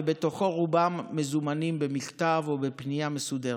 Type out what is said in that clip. ובתוכם רובם מזומנים במכתב או בפנייה מסודרת.